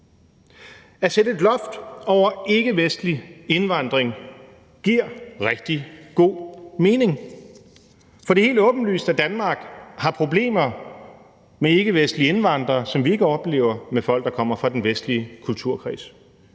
At sætte et loft over ikkevestlig indvandring giver rigtig god mening. For det er helt åbenlyst, at Danmark har problemer med ikkevestlige indvandrere, som vi ikke oplever med folk, der kommer fra den vestlige kulturkreds.